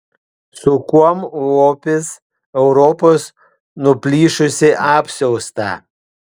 su kuom lopys europos nuplyšusį apsiaustą